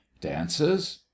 Dances